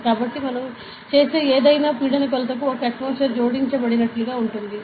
ఇలా కాబట్టి మనం చేసే ఏదైనా పీడన కొలతకు 1 atmosphere జోడించబడినట్లుగా ఉంది